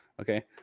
Okay